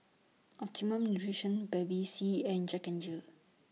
Optimum Nutrition Bevy C and Jack N Jill